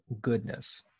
goodness